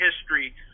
history